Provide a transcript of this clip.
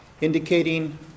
indicating